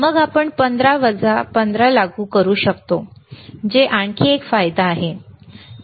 मग आपण 15 वजा 15 लागू करू शकता जे आणखी एक फायदा आहे